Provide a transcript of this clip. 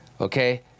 Okay